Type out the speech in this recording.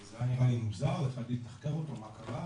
זה היה נראה לי מוזר, והתחלתי לתחקר אותו, מה קרה,